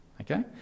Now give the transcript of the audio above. Okay